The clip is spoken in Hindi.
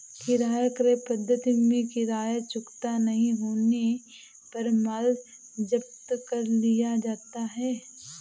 किराया क्रय पद्धति में किराया चुकता नहीं होने पर माल जब्त कर लिया जाता है